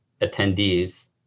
attendees